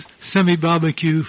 semi-barbecue